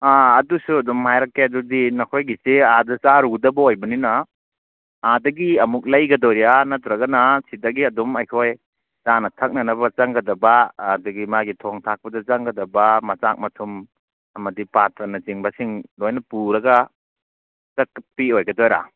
ꯑꯥ ꯑꯗꯨꯁꯨ ꯑꯗꯨꯝ ꯍꯥꯏꯔꯛꯀꯦ ꯑꯗꯨꯗꯤ ꯅꯈꯣꯏꯒꯤꯁꯦ ꯑꯥꯗ ꯆꯥꯔꯨꯒꯗꯕ ꯑꯣꯏꯕꯅꯤꯅ ꯑꯥꯗꯒꯤ ꯑꯃꯨꯛ ꯂꯩꯒꯗꯣꯏꯔꯥ ꯅꯠꯇ꯭ꯔꯒꯅ ꯁꯤꯗꯒꯤ ꯑꯗꯨꯝ ꯑꯩꯈꯣꯏ ꯆꯥꯅ ꯊꯛꯅꯅꯕ ꯆꯪꯒꯗꯕ ꯑꯗꯒꯤ ꯃꯥꯒꯤ ꯊꯣꯡ ꯊꯥꯛꯄꯗ ꯆꯪꯒꯗꯕ ꯃꯆꯥꯛ ꯃꯊꯨꯝ ꯑꯃꯗꯤ ꯄꯥꯇ꯭ꯔꯅꯆꯤꯡꯕꯁꯤꯡ ꯂꯣꯏꯅ ꯄꯨꯔꯒ ꯆꯠꯄꯤ ꯑꯣꯏꯒꯗꯣꯏꯔꯥ